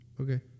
Okay